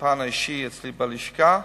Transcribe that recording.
מהפן האישי אצלי בלשכה,